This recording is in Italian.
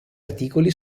articoli